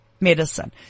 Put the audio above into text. medicine